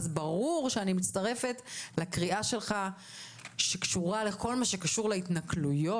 ברור שאני מצטרפת לקריאה שלך בכל הקשור להתנכלויות.